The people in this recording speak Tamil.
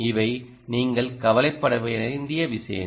இவை நீங்கள் கவலைப்பட வேண்டிய விஷயங்கள்